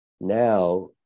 now